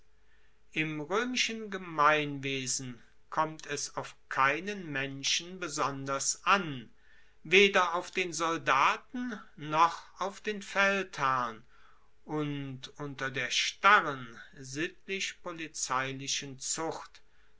im roemischen gemeinwesen kommt es auf keinen menschen besonders an weder auf den soldaten noch auf den feldherrn und unter der starren sittlich polizeilichen zucht